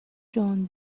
john